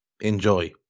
Enjoy